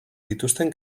dituzten